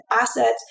assets